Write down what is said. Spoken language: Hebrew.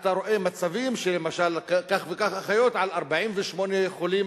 אתה רואה מצבים שלמשל כך וכך אחיות על 48 חולים,